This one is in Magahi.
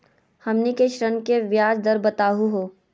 हमनी के ऋण के ब्याज दर बताहु हो?